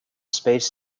space